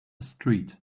street